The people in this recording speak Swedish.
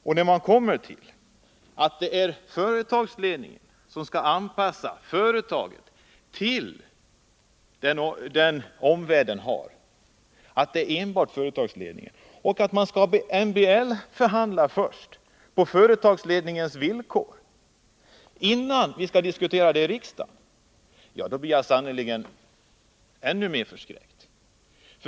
Industriministern sade att det är enbart företagsledningen som skall anpassa planeringen av företaget till den omvärld vi har. När man kan komma fram till något sådant och till att de föreslagr.a åtgärderna först skall MBL-förhandlas — på företagsledningens villkor — innan vi diskuterar det här i riksdagen, då blir jag sannerligen ännu mer förskräckt.